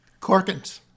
Corkins